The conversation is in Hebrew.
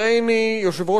יושב-ראש ההסתדרות,